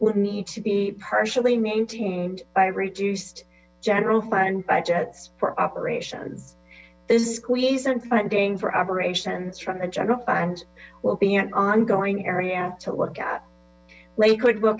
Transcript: would need to be partially maintained by reduced general fund budgets for operations this squeeze on funding for operations from the general fund will be an ongoing area to look at lakewood will